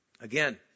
again